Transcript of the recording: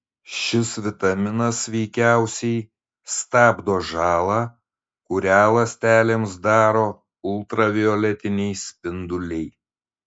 šis vitaminas veikiausiai stabdo žalą kurią ląstelėms daro ultravioletiniai spinduliai